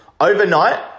overnight